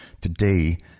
Today